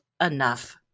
enough